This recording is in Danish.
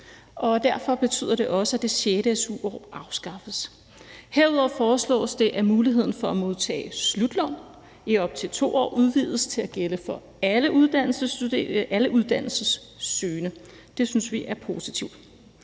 Derfor betyder det også, at det sjette su-år afskaffes. Herudover foreslås det, at muligheden for at modtage slutlån i op til 2 år udvides til at gælde for alle uddannelsessøgende. Det synes vi er positivt.